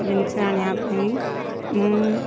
ଜିନିଷ ଆଣିବା ପାଇଁ ମୁଁ